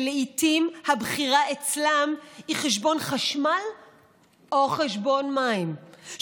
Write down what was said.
שלעיתים הבחירה אצלם היא חשבון חשמל או חשבון מים,